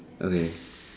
okay